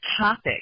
topic